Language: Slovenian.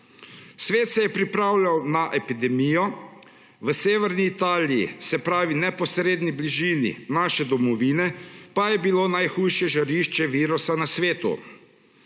Svet se je pripravljal na epidemijo, v severni Italiji, se pravi v neposredni bližini naše domovine, pa je bilo najhujše žarišče virusa na svetu.